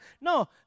no